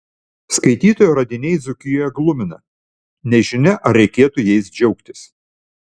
skaitytojo radiniai dzūkijoje glumina nežinia ar reiktų jais džiaugtis